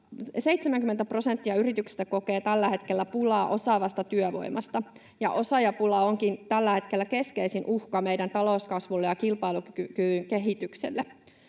yrityksistä kokee tällä hetkellä pulaa osaavasta työvoimasta, ja osaajapula onkin tällä hetkellä keskeisin uhka meidän talouskasvulle ja kilpailukyvyn kehitykselle.